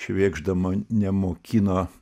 švėgžda mane mokino